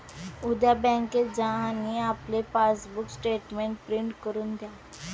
उद्या बँकेत जा आणि आपले पासबुक स्टेटमेंट प्रिंट करून घ्या